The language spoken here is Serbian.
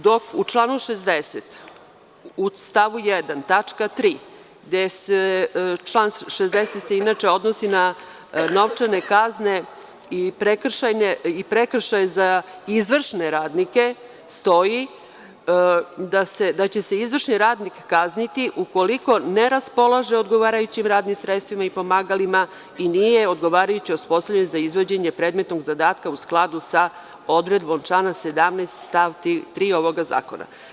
Dok, u članu 60. u stavu 1. tačka 3, a član 60. se inače odnosi na novčane kazne i prekršaje za izvršne radnike, stoji da će se izvršni radnik kazniti ukoliko ne raspolaže odgovarajućim radnim sredstvima i pomagalima i nije odgovarajuće osposobljen za izvođenje predmetnog zadatka u skladu sa odredbom člana 17. stav 3. ovog zakona.